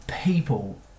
people